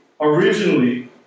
originally